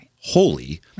holy